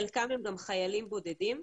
חלקם הם גם חיילים בודדים.